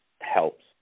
helps